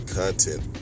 content